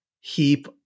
heap